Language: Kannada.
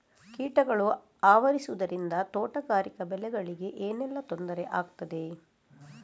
ಕೀಟಗಳು ಆವರಿಸುದರಿಂದ ತೋಟಗಾರಿಕಾ ಬೆಳೆಗಳಿಗೆ ಏನೆಲ್ಲಾ ತೊಂದರೆ ಆಗ್ತದೆ?